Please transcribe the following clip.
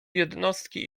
jednostki